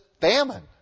famine